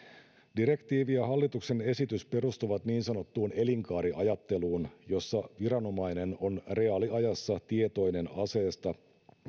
direktiivi ja hallituksen esitys perustuvat niin sanottuun elinkaariajatteluun jossa viranomainen on reaaliajassa tietoinen aseesta